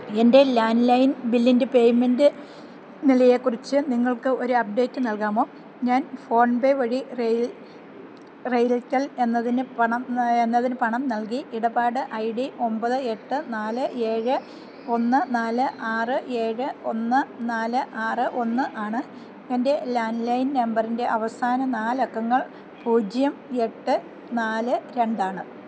എന്റെ ലാൻഡ്ലൈൻ ബില്ലിന്റെ പേമെന്റ് നിലയെക്കുറിച്ച് നിങ്ങൾക്കൊരു അപ്ഡേറ്റ് നൽകാമോ ഞാൻ ഫോൺപേ വഴി റെയിൽറ്റെൽ എന്നതിന് പണം നൽകി ഇടപാട് ഐ ഡി ഒമ്പത് എട്ട് നാല് ഏഴ് ഒന്ന് നാല് ആറ് ഏഴ് ഒന്ന് നാല് ആറ് ഒന്ന് ആണ് എന്റെ ലാൻഡ്ലൈന് നമ്പറിന്റെ അവസാന നാലക്കങ്ങൾ പൂജ്യം എട്ട് നാല് രണ്ടാണ്